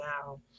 now